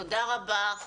תודה רבה.